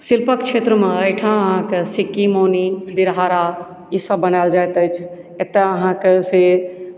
शिल्पक क्षेत्रमे एहिठाम आहाँके सिक्की मौनी बिरहारा ई सब बनायल जाइत अछि एतऽ आहाँकेँ से